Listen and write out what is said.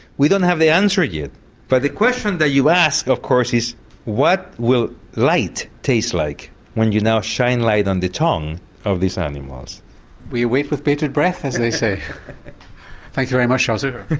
we don't have the answer yet but the question that you ask of course is what will light taste like when you now shine light on the tongue of these animals. we wait with bated breath as they say. thank you very much charles zuker.